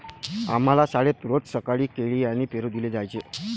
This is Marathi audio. आम्हाला शाळेत रोज सकाळी केळी आणि पेरू दिले जायचे